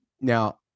now